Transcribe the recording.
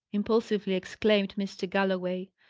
impulsively exclaimed mr. galloway,